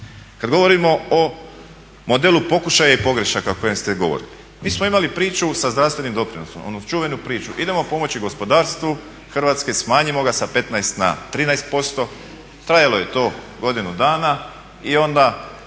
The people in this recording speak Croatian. Kad govorimo o modelu pokušaja i pogrešaka o kojem ste govorili, mi smo imali priču sa zdravstvenim doprinosom, onu čuvenu priču, idemo pomoći gospodarstvu Hrvatske, smanjimo ga sa 15 na 13%. Trajalo je to godinu dana i onda